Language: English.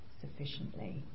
sufficiently